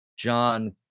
john